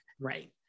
right